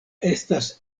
estas